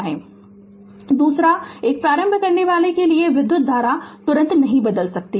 Refer Slide Time 1453 दूसरा एक प्रारंभ करनेवाला के लिए विधुत धारा तुरंत नहीं बदल सकती है